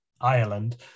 Ireland